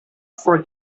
for